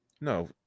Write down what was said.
No